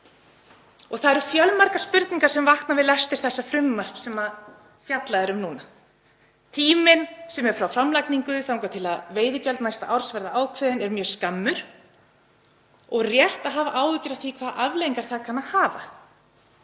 á. Það eru fjölmargar spurningar sem vakna við lestur þessa frumvarps sem fjallað er um núna. Tíminn frá framlagningu þangað til að veiðigjöld næsta árs verða ákveðin er mjög skammur og rétt að hafa áhyggjur af því hvaða afleiðingar það kann að hafa,